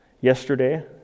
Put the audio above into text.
yesterday